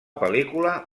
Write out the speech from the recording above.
pel·lícula